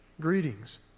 Greetings